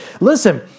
Listen